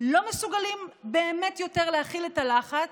ובאמת לא מסוגלים יותר להכיל את הלחץ,